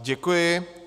Děkuji.